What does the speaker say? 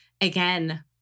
again